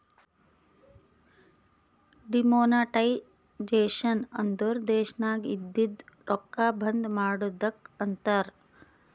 demonetisation ಅಂದುರ್ ದೇಶನಾಗ್ ಇದ್ದಿದು ರೊಕ್ಕಾ ಬಂದ್ ಮಾಡದ್ದುಕ್ ಅಂತಾರ್